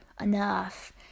enough